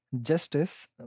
justice